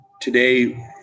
today